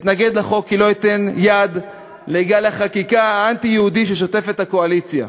אתנגד לחוק כי לא אתן יד לגל החקיקה האנטי-יהודי ששוטף את הקואליציה,